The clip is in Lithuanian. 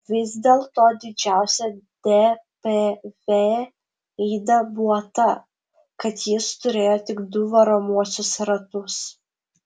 vis dėl to didžiausia dpv yda buvo ta kad jis turėjo tik du varomuosius ratus